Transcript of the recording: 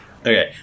Okay